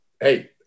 Hey